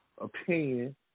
opinion